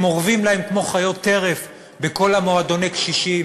הם אורבים להם כמו חיות טרף בכל מועדוני הקשישים